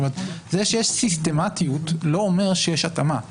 זה שיש סיסטמתיות לא אומר שיש התאמה.